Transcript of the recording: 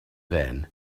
then